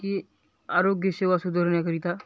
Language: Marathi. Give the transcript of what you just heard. की आरोग्य सेवा सुधरण्याकरिता